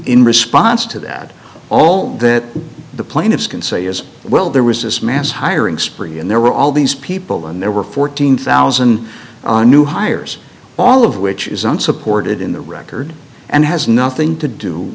in response to that all that the plaintiffs can say is well there was this mass hiring spree and there were all these people and there were fourteen thousand new hires all of which is unsupported in the record and has nothing to do